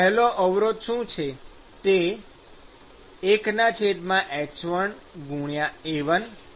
પહેલો અવરોધ શું